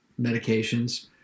medications